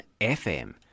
FM